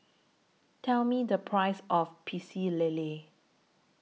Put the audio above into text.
Tell Me The Price of Pecel Lele